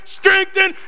strengthen